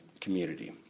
community